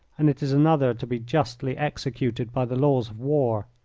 and it is another to be justly executed by the laws of war.